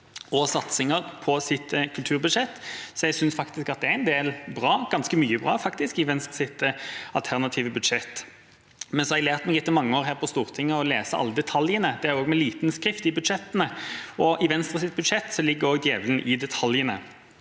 og satsinger på sitt kulturbudsjett. Jeg synes at det er en del bra, ganske mye bra faktisk, i Venstres alternative budsjett, men jeg har etter mange år her på Stortinget lært meg å lese alle detaljene – det med liten skrift i budsjettene. I Venstres budsjett ligger også djevelen i detaljene,